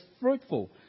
fruitful